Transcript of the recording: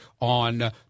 on